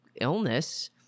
illness